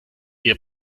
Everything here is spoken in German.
ihr